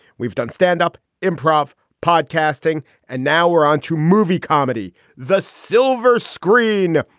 we've done standup improv podcasting and now we're on to movie comedy the silver screen.